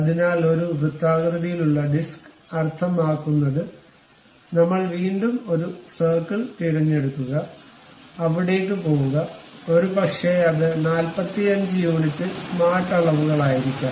അതിനാൽ ഒരു വൃത്താകൃതിയിലുള്ള ഡിസ്ക് അർത്ഥമാക്കുന്നത് നമ്മൾ വീണ്ടും ഒരു സർക്കിൾ തിരഞ്ഞെടുക്കുക അവിടേക്ക് പോകുക ഒരുപക്ഷേ അത് 45 യൂണിറ്റ് സ്മാർട്ട് അളവുകളായിരിക്കാം